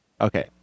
Okay